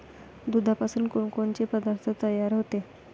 दुधापासून कोनकोनचे पदार्थ तयार होते?